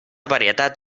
varietat